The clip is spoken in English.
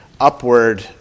upward